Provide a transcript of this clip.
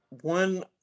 one